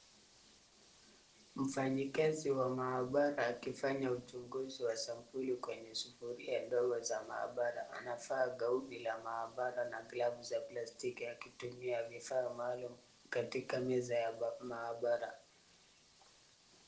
Mfanyakazi wa maabara akifanya uchunguzi wa sampuli kwenye sufuria ndogo za maabara. Anavaa gauni la maabara na glavu za plastiki akitumia vifaa maalum katika meza ya maabara.